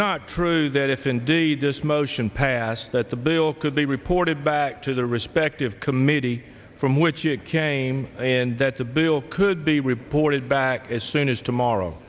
not true that if indeed this motion passed that the bill could be reported back to the respective committee from which it came and that the bill could be reported back as soon as tomorrow